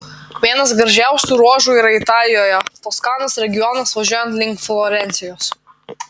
vienas gražiausių ruožų yra italijoje toskanos regionas važiuojant link florencijos